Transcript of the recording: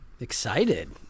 Excited